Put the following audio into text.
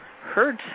hurt